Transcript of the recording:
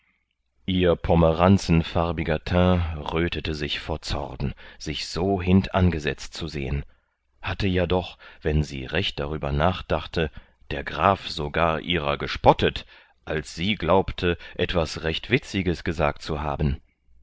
ihr pomeranzenfarbiger teint rötete sich vor zorn sich so hintangesetzt zu sehen hatte ja doch wenn sie recht darüber nachdachte der graf sogar ihrer gespottet als sie glaubte etwas recht witziges gesagt zu haben